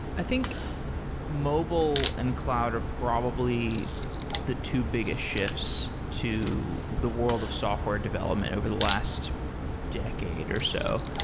i think mobile and cloud are probably the two biggest shifts to the world of software development over the last decade or so.